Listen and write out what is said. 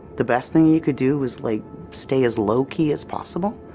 the best thing you could do was like stay as low key as possible.